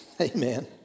Amen